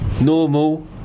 normal